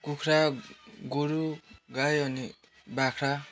कुखुरा गोरु गाई अनि बाख्रा